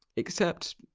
except.